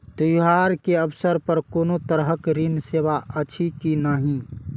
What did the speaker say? त्योहार के अवसर पर कोनो तरहक ऋण सेवा अछि कि नहिं?